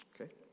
okay